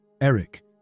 Eric